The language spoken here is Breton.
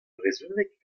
brezhoneg